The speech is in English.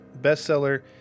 bestseller